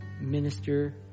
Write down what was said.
minister